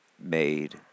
made